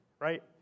right